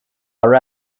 our